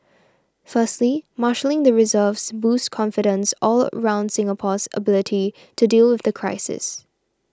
firstly marshalling the reserves boosts confidence all round in Singapore's ability to deal with the crisis